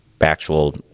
actual